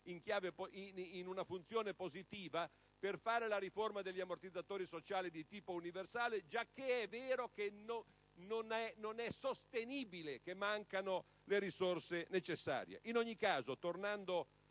in una funzione positiva, per fare una riforma degli ammortizzatori sociali di tipo universale, giacché non è sostenibile dire che mancano le risorse necessarie. In ogni caso, tornando